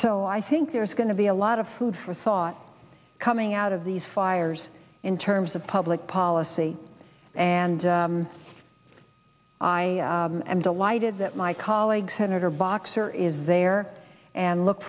so i think there's going to be a lot of food for thought coming out of these fires in terms of public policy and i am delighted that my colleague senator boxer is there and look